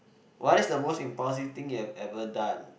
what is the most impulsive thing you have ever done